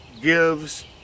gives